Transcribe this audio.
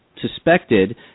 suspected